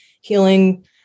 healing